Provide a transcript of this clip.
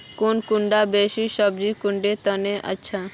कौन कुंडा बीस सब्जिर कुंडा तने अच्छा?